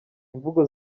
imvugo